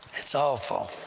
it's awful!